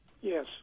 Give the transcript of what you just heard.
Yes